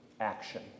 Action